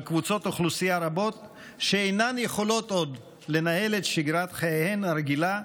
קבוצות אוכלוסייה רבות שאינן יכולות עוד לנהל את שגרת חייהן הרגילה,